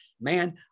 man